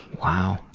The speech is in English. wow.